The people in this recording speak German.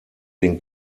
den